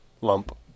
Lump